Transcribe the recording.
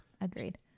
Agreed